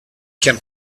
can